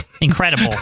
Incredible